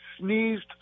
sneezed